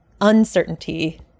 uncertainty